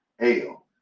ale